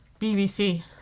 bbc